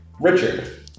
Richard